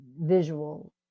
visual